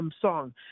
song